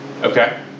Okay